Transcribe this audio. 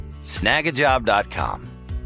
Snagajob.com